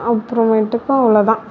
அப்புறமேட்டுக்கு அவ்வளோதான்